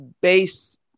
base